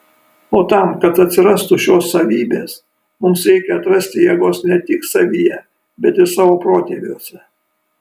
o tam kad atsirastų šios savybės mums reikia atrasti jėgos ne tik savyje bet ir savo protėviuose